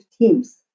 teams